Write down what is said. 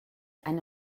eine